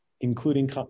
including